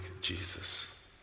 Jesus